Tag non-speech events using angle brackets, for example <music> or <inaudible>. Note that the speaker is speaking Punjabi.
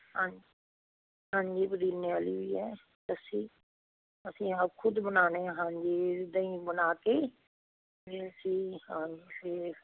ਹਾਂ ਹਾਂਜੀ ਪੁਦੀਨੇ ਵਾਲੀ ਵੀ ਹੈ ਲੱਸੀ ਅਸੀਂ ਆਪ ਖੁਦ ਬਣਾਉਂਦੇ ਹਾਂ ਹਾਂਜੀ ਦਹੀਂ ਬਣਾ ਕੇ <unintelligible>